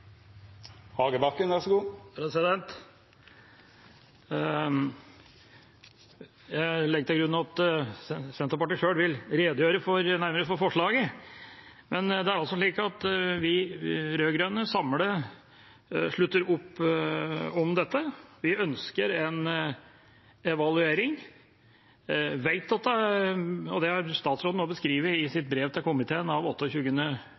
Jeg legger til grunn at Senterpartiet sjøl vil redegjøre nærmere for forslaget, men det er altså slik at vi rød-grønne samlet slutter opp om dette. Vi ønsker en evaluering. Jeg vet – og det har statsråden også beskrevet i sitt brev til komiteen av